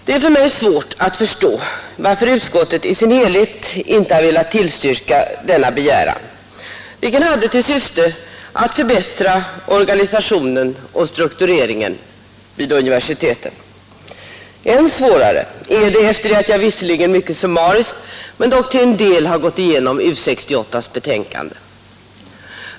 Det är för mig svårt att förstå varför utskottet i sin helhet inte har velat tillstyrka denna begäran, vilken hade till syfte att förbättra organisationen och struktureringen vid universiteten. Än svårare är det efter det att jag visserligen mycket summariskt men dock till en del har gått igenom U 68:s betänkande.